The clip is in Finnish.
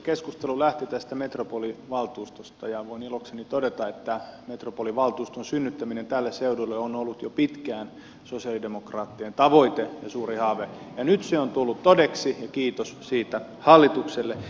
keskustelu lähti tästä metropolivaltuustosta ja voin ilokseni todeta että metropolivaltuuston synnyttäminen tälle seudulle on ollut jo pitkään sosialidemokraattien tavoite ja suuri haave ja nyt se on tullut todeksi ja kiitos siitä hallitukselle